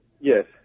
Yes